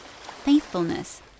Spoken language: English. faithfulness